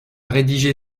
rédigé